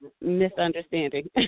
misunderstanding